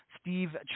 steve